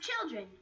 children